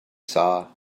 saw